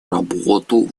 работу